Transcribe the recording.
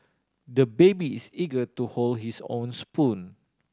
the baby is eager to hold his own spoon